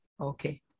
Okay